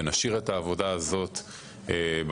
נשאיר את העבודה הזאת בחוץ,